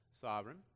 sovereign